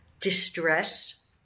distress